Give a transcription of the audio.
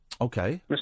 Okay